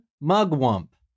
Mugwump